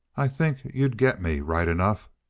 i think you'd get me, right enough!